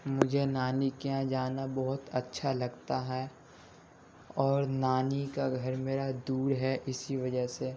مجھے نانی کے یہاں جانا بہت اچھا لگتا ہے اور نانی کا گھر میرا دور ہے اسی وجہ سے